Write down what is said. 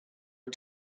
are